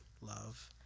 love